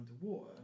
underwater